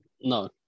no